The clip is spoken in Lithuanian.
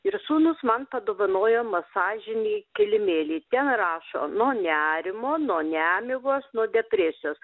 ir sūnus man padovanojo masažinį kilimėlį ten rašo nuo nerimo nuo nemigos nuo depresijos